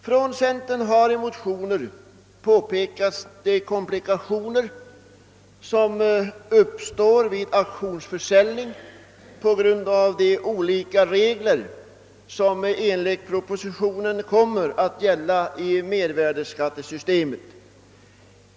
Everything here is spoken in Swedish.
Från centern har i motioner påpekats vilka komplikationer som uppstår vid auktionsförsäljning på grund av de olika regler som enligt propositionen kommer att gälla i mervärdeskattesystemet.